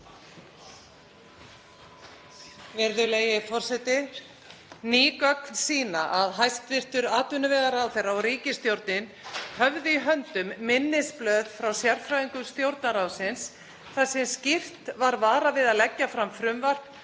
Virðulegi forseti. Ný gögn sýna að hæstv. atvinnuvegaráðherra og ríkisstjórnin höfðu í höndum minnisblöð frá sérfræðingum Stjórnarráðsins þar sem skýrt var varað við að leggja fram frumvarp